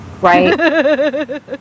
right